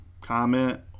comment